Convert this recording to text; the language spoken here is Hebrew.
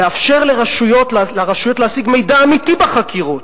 לאפשר לרשויות להשיג מידע אמיתי בחקירות